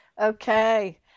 okay